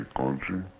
country